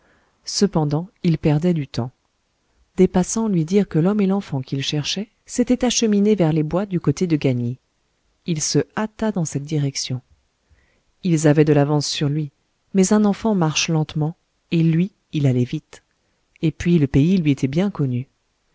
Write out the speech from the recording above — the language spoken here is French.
cependant il perdait du temps des passants lui dirent que l'homme et l'enfant qu'il cherchait s'étaient acheminés vers les bois du côté de gagny il se hâta dans cette direction ils avaient de l'avance sur lui mais un enfant marche lentement et lui il allait vite et puis le pays lui était bien connu